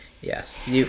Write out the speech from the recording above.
Yes